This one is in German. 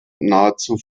nahezu